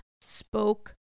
spoke